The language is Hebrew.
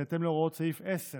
בהתאם להוראות סעיף 10